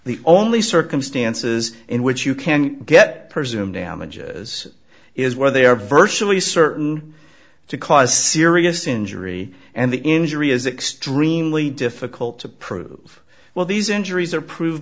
the only circumstances in which you can get presumed damages is where they are virtually certain to cause serious injury and the injury is extremely difficult to prove well these injuries are proved